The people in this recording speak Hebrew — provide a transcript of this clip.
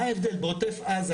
בעוטף עזה,